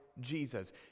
Jesus